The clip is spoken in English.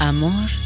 Amor